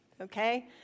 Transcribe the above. Okay